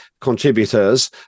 contributors